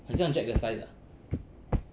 很像 jack 的 size ah